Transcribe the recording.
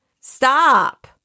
Stop